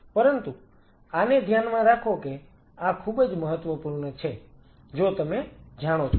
પરંતુ આને ધ્યાનમાં રાખો કે આ ખૂબ જ મહત્વપૂર્ણ છે જે તમે જાણો છો